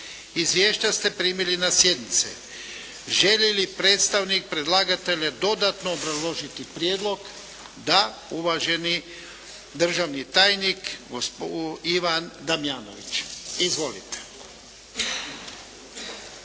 Izvješća ste primili na sjednici. Želi li predstavnik predlagatelja dodatno obrazložiti prijedlog? Da. Uvaženi državni tajnik Ivan Damjanović. Izvolite.